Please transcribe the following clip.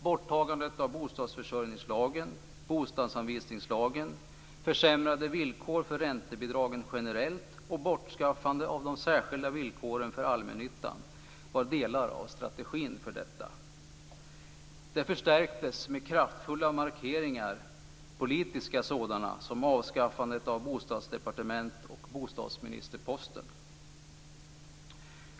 Borttagande av bostadsförsörjningslagen och bostadsanvisningslagen, försämrade villkor för räntebidragen generellt och bortskaffande av de särskilda villkoren för allmännyttan var delar av strategin för detta. Det förstärktes med kraftfulla politiska markeringar, såsom avskaffandet av bostadsdepartement och posten som bostadsminister.